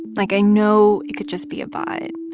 like, i know it could just be a bot.